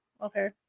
Okay